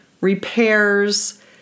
repairs